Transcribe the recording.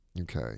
okay